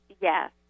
Yes